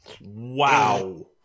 Wow